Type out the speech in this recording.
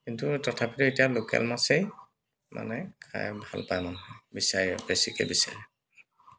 কিন্তু তথাপিতো এতিয়া লোকেল মাছেই মানে খাই ভাল পায় মানুহে বিচাৰে বেছিকৈ বিচাৰে